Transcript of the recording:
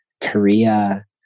Korea